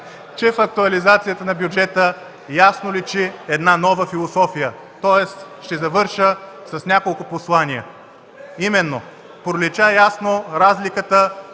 че в актуализацията на бюджета ясно личи една нова философия. Ще завърша с няколко послания. Пролича ясно разликата